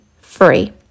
free